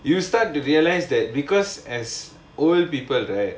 you will start to realise that because as old people right